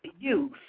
youth